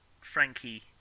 Frankie